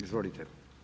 Izvolite.